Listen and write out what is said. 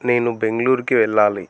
నేను బెంగుళూర్కి వెళ్ళాలి